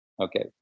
okay